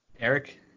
Eric